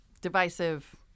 divisive